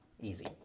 Easy